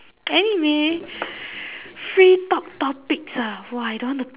anyway free talk topics ah !wah! I don't want to